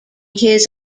his